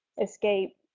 escape